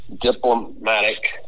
diplomatic